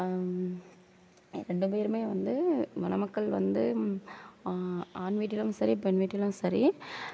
ரெண்டு பேருமே வந்து மணமக்கள் வந்து ஆண் வீட்டிலும் சரி பெண் வீட்டிலும் சரி